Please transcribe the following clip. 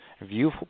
view